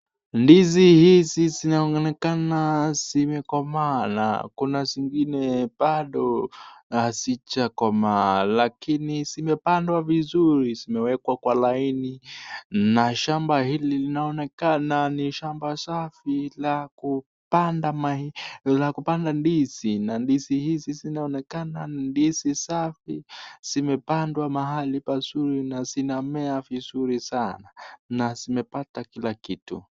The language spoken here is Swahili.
Ndizi hizi zinaonekana zimekomaa na kuna zingine bado hazijakomaa lakini zimepandwa vizuri zimewekwa kwa laini na shamba hili linaonekana ni shamba safi la kupanda ndizi na ndizi hizi zinaonekana ndizi safi zimepandwa mahali pazuri na zinamea vizuri sana na zimepata kila kitu.